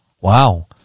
Wow